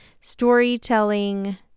storytelling